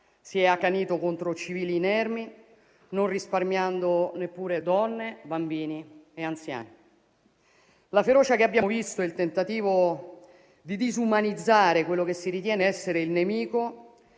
si è accanito contro civili inermi, non risparmiando neppure donne, bambini, anziani. La ferocia che abbiamo visto e il tentativo di disumanizzare quello che si ritiene essere il nemico